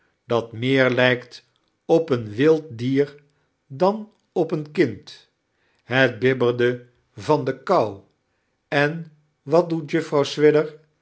dat meer lijfet op een wild dier dan op een kind het bibberde van de kou ein wat doet juffrouw swidger